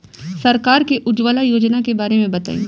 सरकार के उज्जवला योजना के बारे में बताईं?